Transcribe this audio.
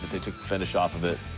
they took the finish off of it.